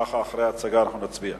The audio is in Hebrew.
אם כך, אחרי ההצגה אנו מצביעים.